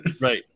Right